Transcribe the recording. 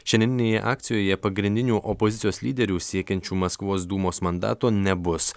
šiandieninėje akcijoje pagrindinių opozicijos lyderių siekiančių maskvos dūmos mandato nebus